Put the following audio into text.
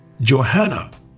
Johanna